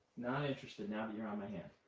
not interested now that you're on my hand.